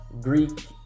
Greek